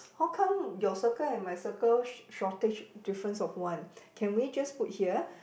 how come your circle and my circle sh~ shortage difference of one can we just put here